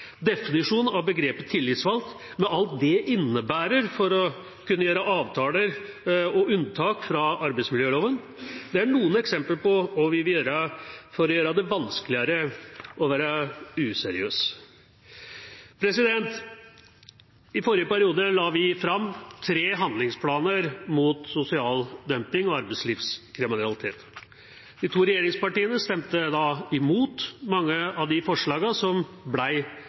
definisjonen av begrepet «tillitsvalgt» med alt det innebærer for å kunne gjøre avtaler og unntak fra arbeidsmiljøloven, er noen eksempler på hva vi vil gjøre for å gjøre det vanskeligere å være useriøs. I forrige periode la vi fram tre handlingsplaner mot sosial dumping og arbeidslivskriminalitet. De to regjeringspartiene stemte da imot mange av de forslagene som